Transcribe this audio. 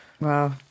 Wow